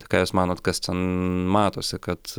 tai ką jūs manot kas ten matosi kad